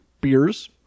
beers